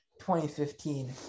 2015